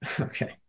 Okay